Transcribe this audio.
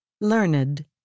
learned